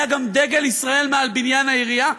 והיה גם דגל ישראל מעל בניין העירייה,